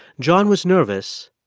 john was nervous,